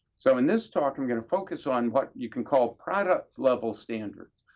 so in this talk, i'm going to focus on what you can call product-level standards.